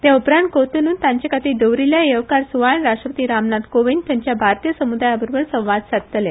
ते उपरांत कोतोनूत तांचेखातीर दवरिल्ल्या येवकार सुवाळ्यात राष्ट्रपती राम नाथ कोवींद थंयच्या भारतीय समुदायबरोबर संवाद सादतले